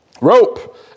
rope